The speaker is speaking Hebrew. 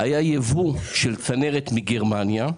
היה ייבוא של צנרת מגרמניה.